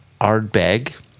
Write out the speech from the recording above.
Ardbeg